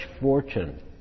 fortune